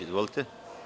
Izvolite.